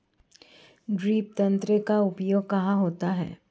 Drip तंत्र का उपयोग कहाँ होता है?